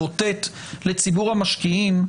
לאותת לציבור המשקיעים.